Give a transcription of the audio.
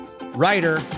writer